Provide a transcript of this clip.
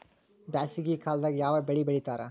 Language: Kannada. ಬ್ಯಾಸಗಿ ಕಾಲದಾಗ ಯಾವ ಬೆಳಿ ಬೆಳಿತಾರ?